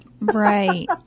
Right